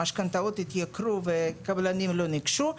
המשכנתאות התייקרו וקבלנים לא ניגשו.